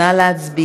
ההצעה להעביר